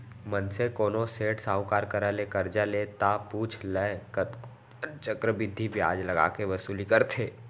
मनसे कोनो सेठ साहूकार करा ले करजा ले ता पुछ लय कतको झन चक्रबृद्धि बियाज लगा के वसूली करथे